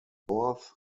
north